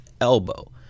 elbow